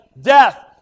death